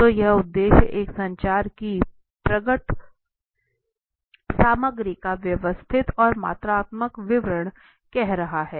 तो यह उद्देश्य एक संचार की प्रकट सामग्री का व्यवस्थित और मात्रात्मक विवरण कह रहा है